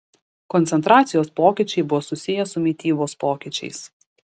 koncentracijos pokyčiai buvo susiję su mitybos pokyčiais